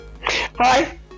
hi